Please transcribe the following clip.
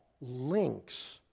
links